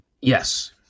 Yes